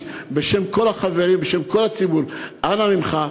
בשם כל החברים ובשם כל הציבור: אנא ממך,